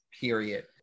period